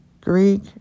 Greek